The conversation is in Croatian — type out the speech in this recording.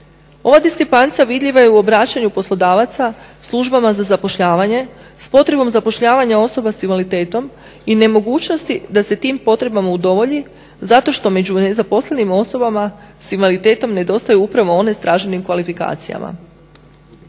Ova diskrepancija vidljiva je u obraćanju poslodavaca službama za zapošljavanje s potrebnom zapošljavanja osoba sa invaliditetom i nemogućnosti da se tim potrebama udovolji zato što među nezaposlenim osobama sa invaliditetom nedostaju upravo one s traženim kvalifikacijama.